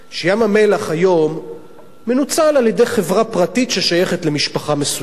שים-המלח היום מנוצל על-ידי חברה פרטית ששייכת למשפחה מסוימת,